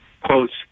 quotes